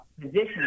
position